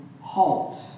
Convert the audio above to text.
HALT